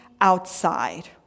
outside